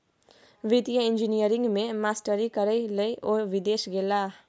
वित्तीय इंजीनियरिंग मे मास्टरी करय लए ओ विदेश गेलाह